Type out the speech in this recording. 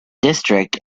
district